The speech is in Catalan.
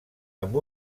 amb